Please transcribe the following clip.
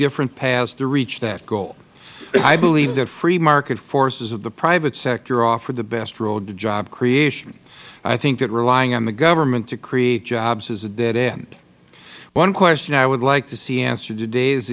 different paths to reach that goal i believe the free market forces of the private sector offer the best road to job creation i think that relying on the government to create jobs is a dead end one question i would like to see answered today